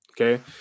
okay